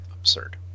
absurd